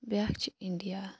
بیاکھ چھُ اِنٛڈیا